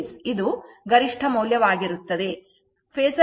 phasor ರೇಖಾಚಿತ್ರವನ್ನು ಚಿತ್ರಿಸಲಾಗಿದೆ